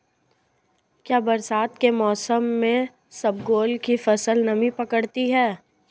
क्या बरसात के मौसम में इसबगोल की फसल नमी पकड़ती है?